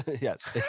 Yes